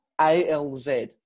A-L-Z